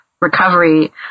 recovery